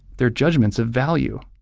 they're judgments of value.